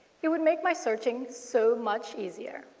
it would make my searching so much easier.